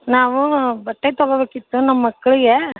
ನಾವು ಬಟ್ಟೆ ತೊಗೋಬೇಕಿತ್ತು ನಮ್ಮ ಮಕ್ಕಳಿಗೆ